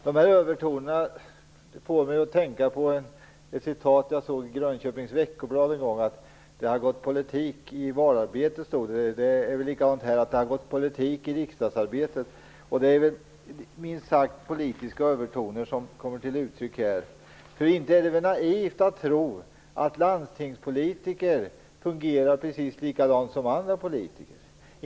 De här övertonerna får mig att tänka på ett citat ur Grönköpings Veckoblad: "Det har gått politik i valrörelsen." Det är väl samma sak här: Det har gått politik i riksdagsarbetet. Det är minst sagt politiska övertoner som kommer till uttryck. Det är väl inte naivt att tro att landstingspolitiker fungerar precis som andra politiker?